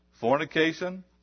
fornication